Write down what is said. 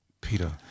Peter